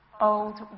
old